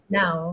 now